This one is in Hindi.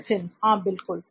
नित्थिन हां बिल्कुल